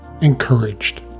encouraged